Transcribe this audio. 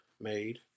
made